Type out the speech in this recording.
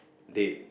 day